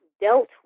dealt